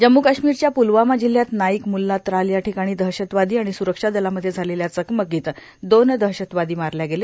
जम्मू काश्मीरच्या पुलवामा जिल्ह्यात नाईक मुल्ला त्राल या ठिकाणी दहशतवादी आणि सुरक्षा दलामध्ये झालेल्या चकमकीत दोन दहशतवादी मारल्या गेले